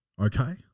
Okay